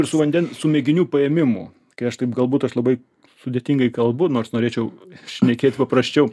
ir su vanden su mėginių paėmimu kai aš taip galbūt aš labai sudėtingai kalbu nors norėčiau šnekėt paprasčiau